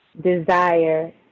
desire